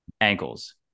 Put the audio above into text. ankles